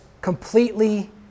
completely